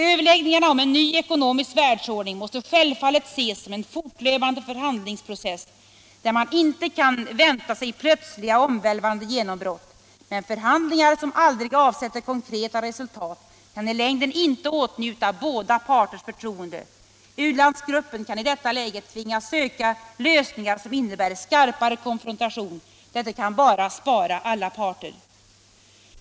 Överläggningarna om en ny ekonomisk världsordning måste självfallet ses som en fortlöpande förhandlingsprocess där man inte kan vänta sig plötsliga och omvälvande genombrott. Men förhandlingar som aldrig avsätter konkreta resultat kan i längden inte åtnjuta båda parters förtroende. U-landsgruppen kan i detta läge tvingas söka lösningar som innebär skarpare konfrontation. Detta kan bara skada alla parter.